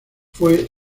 fue